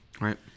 Right